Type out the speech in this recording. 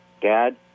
Dad